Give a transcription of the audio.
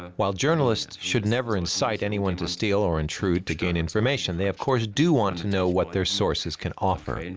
ah while journalists should never incite anyone to steal or intrude to gain information, they of course do want to know what their sources can offer. and